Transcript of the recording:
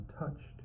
untouched